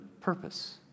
purpose